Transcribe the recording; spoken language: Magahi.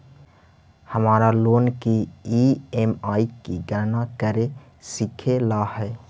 हमारा लोन की ई.एम.आई की गणना करे सीखे ला हई